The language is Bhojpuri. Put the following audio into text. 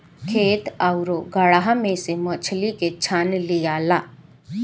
खेत आउरू गड़हा में से मछली के छान लियाला